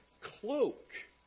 cloak